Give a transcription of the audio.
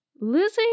Lizzie